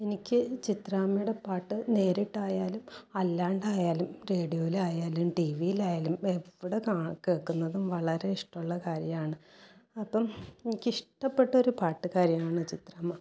എനിക്ക് ചിത്രാമ്മയുടെ പാട്ട് നേരിട്ടായാലും അല്ലാണ്ടായാലും റേഡിയോയിൽ ആയാലും ടി വിയിലായാലും എവിടെ കാ കേൾക്കുന്നതും വളരെ ഇഷ്ടമുള്ള കാര്യമാണ് അപ്പം എനിക്ക് ഇഷ്ടപ്പെട്ട ഒരു പാട്ടുകാരിയാണ് ചിത്രാമ്മ